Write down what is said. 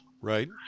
Right